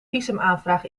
visumaanvraag